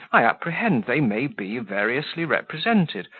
i apprehend they may be variously represented,